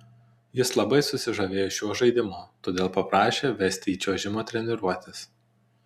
jis labai susižavėjo šiuo žaidimu todėl paprašė vesti į čiuožimo treniruotes